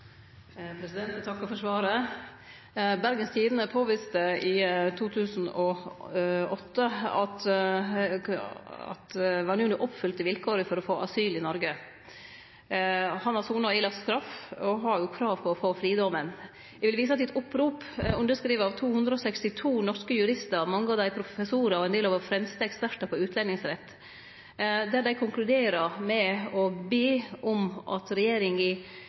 Eg takkar for svaret. Bergens Tidende påviste i 2008 at Vanunu oppfylte vilkåra for å få asyl i Noreg. Han har sona straffa si og har krav på å få fridomen. Eg vil vise til eit opprop underskrive av 262 norske juristar, mange av dei professorar og ein del av dei våre fremste ekspertar på utlendingsrett, der dei konkluderer med å be om at regjeringa